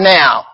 now